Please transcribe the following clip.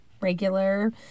regular